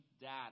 data